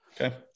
Okay